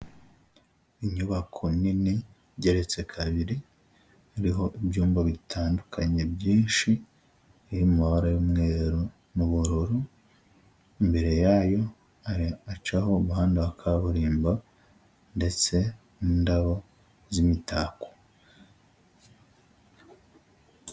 Inyubako nini igereretse kabiri hariho ibyumba bitandukanye byinshi, iri amabara y'umweru n'ubururu mbere yayo acaho umuhanda wa kaburimbo ndetse n'indabo z'imitako.